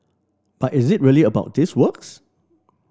but is it really about these works